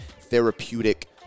therapeutic